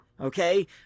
Okay